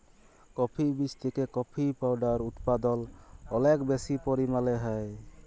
coffee বীজ থেকে coffee powder উদপাদল অলেক বেশি পরিমালে হ্যয়